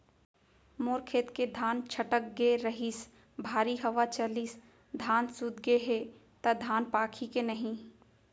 मोर खेत के धान छटक गे रहीस, भारी हवा चलिस, धान सूत गे हे, त धान पाकही के नहीं?